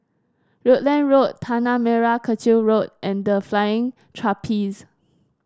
Rutland Road Tanah Merah Kechil Road and The Flying Trapeze